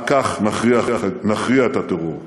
רק כך נכריע את הטרור.